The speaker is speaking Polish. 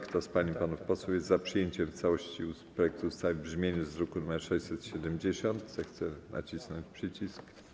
Kto z pań i panów posłów jest za przyjęciem w całości projektu ustawy z brzmieniu z druku nr 670, zechce nacisnąć przycisk.